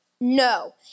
No